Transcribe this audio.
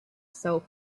soap